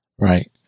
Right